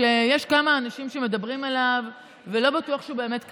שיש כמה אנשים שמדברים עליו ולא בטוח שהוא באמת קרה,